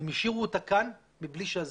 הן השאירו אותה כאן מבלי שעזבו.